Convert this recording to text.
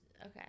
Okay